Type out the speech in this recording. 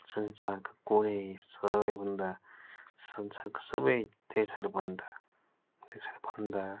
संसारका कुनै सबैभन्दा संसारका सबै देशहरूभन्दा देशहरूभन्दा